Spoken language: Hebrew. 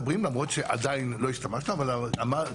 יופי.